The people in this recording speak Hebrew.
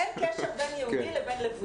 אין קשר בין יהודי לבין לבוש.